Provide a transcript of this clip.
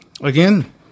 again